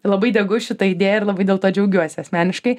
labai degu šita idėja ir labai dėl to džiaugiuosi asmeniškai